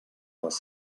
les